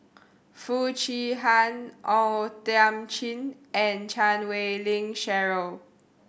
Foo Chee Han O Thiam Chin and Chan Wei Ling Cheryl